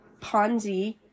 Ponzi